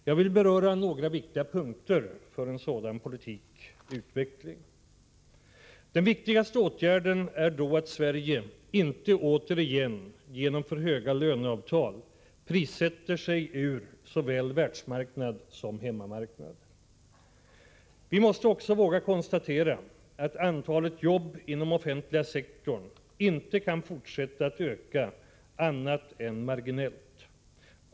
Jag vill beröra några viktiga punkter för en sådan politik/utveckling. Den viktigaste åtgärden är att Sverige inte återigen genom för höga löneavtal prissätter sig ur såväl världsmarknad som hemmamarknad. Vi måste också våga konstatera att antalet jobb inom den offentliga sektorn inte kan fortsätta att öka annat än marginellt.